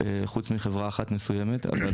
חוץ מחברה אחת מסוימת, אבל